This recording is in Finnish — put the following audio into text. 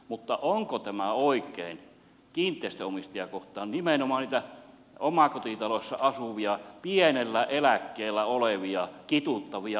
mutta onko tämä oikein kiinteistönomistajia kohtaan nimenomaan niitä omakotitalossa asuvia pienellä eläkkeellä olevia kituuttavia mummoja ja ukkeja kohtaan